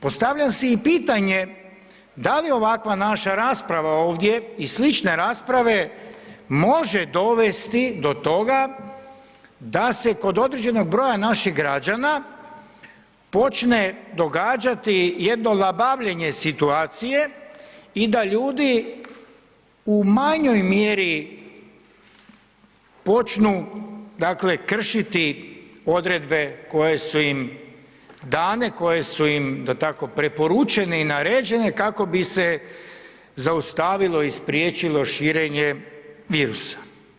Postavljam si i pitanje da li ovakva naša rasprava ovdje i slične rasprave može dovesti do toga da se kod određenog broja naših građana počne događati jedno labavljenje situacije i da ljudi u manjoj mjeri počnu dakle kršiti odredbe koje su im dane, koje su im da tako, preporučene i naređene kako bi se zaustavilo i spriječilo širenje virusa.